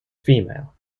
female